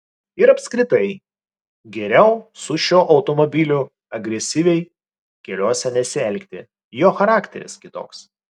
ir apskritai geriau su šiuo automobiliu agresyviai keliuose nesielgti jo charakteris kitoks